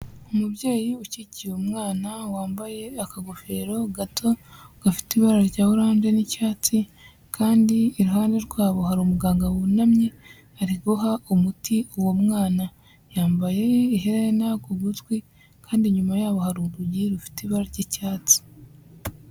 Umubyeyi ukikiye umwana wambaye akagofero gato gafite ibara rya oranje n'icyatsi kandi iruhande rwa bo hari umuganga wunamye ari guha umuti uwo mwana, yambaye iherena ku gutwi kandi inyuma yaho hari urugi rufite ibara ry'icyatsi.